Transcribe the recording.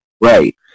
Right